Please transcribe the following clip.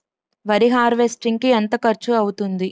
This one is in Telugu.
వరి హార్వెస్టింగ్ కి ఎంత ఖర్చు అవుతుంది?